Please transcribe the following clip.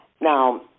Now